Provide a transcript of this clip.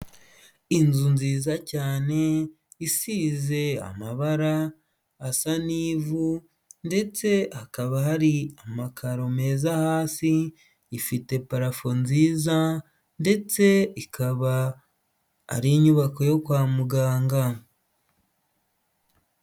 Inzu nziza cyane isize amabara asa n'ivu, ndetse hakaba hari amakaro meza hasi, ifite parafo nziza ndetse ikaba ari inyubako yo kwa muganga.